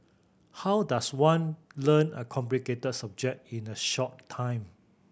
how does one learn a complicated subject in a short time